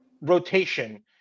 rotation